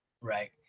right